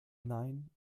nein